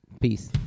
Peace